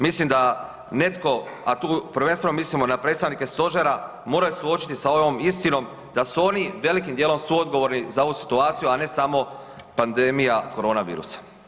Mislim da netko, a tu prvenstveno mislimo na predstavnike Stožera, moraju suočiti sa ovom istinom, da su oni velikim djelom suodgovorni za ovu situaciju a ne samo pandemija korona virusa.